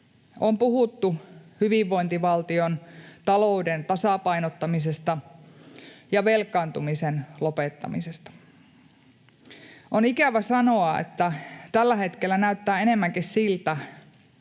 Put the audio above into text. On puhuttu hyvinvointivaltion talouden tasapainottamisesta ja velkaantumisen lopettamisesta. On ikävä sanoa, että tällä hetkellä näyttää enemmänkin, että